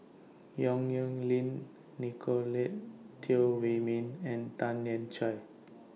Yong Nyuk Lin Nicolette Teo Wei Min and Tan Lian Chye